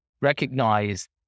recognize